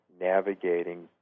navigating